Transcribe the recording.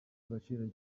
agaciro